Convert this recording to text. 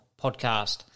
podcast